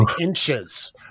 inches